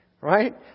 right